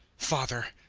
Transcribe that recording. father,